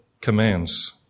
commands